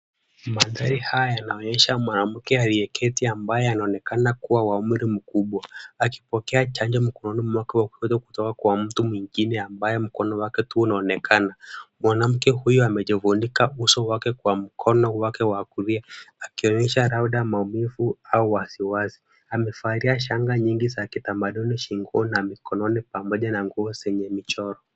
Mandhari haya yanaonyesha mwanamke aliyeketi ambaye anaonekana kuwa wa umri mkubwa akipokea chanjo mkononi mwake wa kulia kutoka kwa mtu mwingine ambaye mkono wake tu unaonekana. Mwanamke huyo amejifunika uso wake kwa mkono wake wa kulia akionyesha labda maumivu au wasiwasi. Amevalia shanga nyingi za kitamaduni shingoni na mkononi pamoja na nguo zenye michoro.